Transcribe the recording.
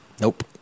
Nope